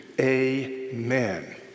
amen